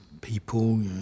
people